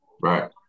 Right